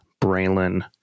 Braylon